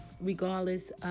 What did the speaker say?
regardless